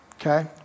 okay